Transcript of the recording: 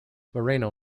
moreno